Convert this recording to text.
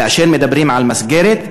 כאשר מדברים על מסגרת,